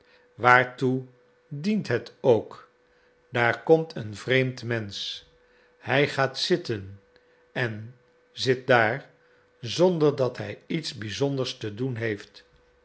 waartoe dient het ook daar komt een vreemd mensch hij gaat zitten en zit daar zonder dat hij iets bizonders te doen heeft